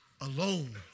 alone